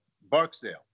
barksdale